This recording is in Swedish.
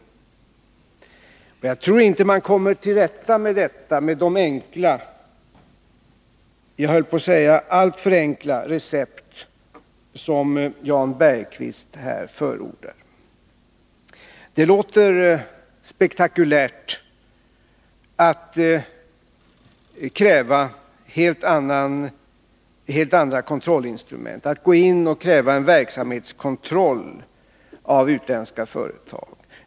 Jag tror inte att man kommer till rätta med detta med de enkla — kanske alltför enkla — recept som Jan Bergqvist förordar. Det låter spektakulärt att kräva helt andra kontrollinstrument, att kräva en verksamhetskontroll av utländska företag.